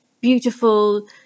beautiful